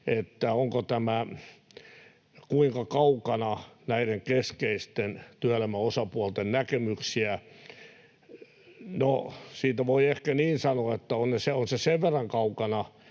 siitä, kuinka kaukana tämä on näiden keskeisten työelämän osapuolten näkemyksistä: No, siitä voi ehkä sanoa niin, että on se sen verran kaukana